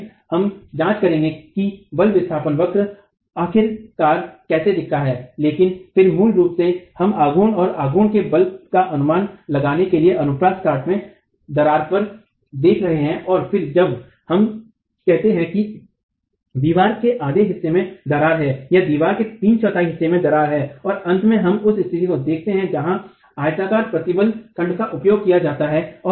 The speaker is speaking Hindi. इसलिए हम जांच करेंगे कि बल विस्थापन वक्र आखिर कार कैसा दिखता है लेकिन फिर मूल रूप से हम आघूर्ण और आघूर्ण के बल का अनुमान लगाने के लिए अनुप्रस्थ काट में दरार पर देख रहे हैं और फिर जब हम कहते हैं कि दीवार के आधे हिस्से में दरार है या दीवार के तीन चौथाई हिस्से में दरार है और अंत में हम उस स्थिति को देखते हैं जहां आयताकार प्रतिबल खंड का उपयोग किया जाता है